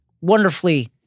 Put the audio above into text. wonderfully